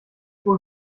wohl